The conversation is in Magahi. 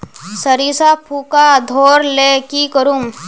सरिसा पूका धोर ले की करूम?